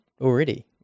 already